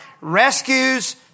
Rescues